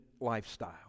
lifestyle